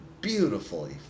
beautifully